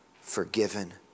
forgiven